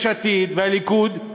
יש עתיד והליכוד,